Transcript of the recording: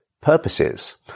purposes